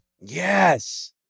Yes